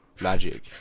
magic